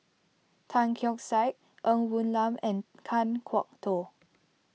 Tan Keong Saik Ng Woon Lam and Kan Kwok Toh